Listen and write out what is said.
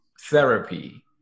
therapy